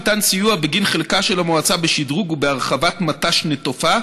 ניתן סיוע בגין חלקה של המועצה בשדרוג ובהרחבת מט"ש נטופה,